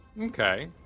Okay